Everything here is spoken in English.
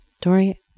Dory